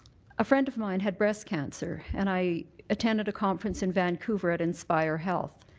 a friend of mine had breast cancer. and i attended a conference in vancouver at inspire health.